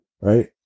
right